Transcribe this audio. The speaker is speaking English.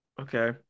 Okay